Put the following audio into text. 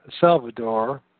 Salvador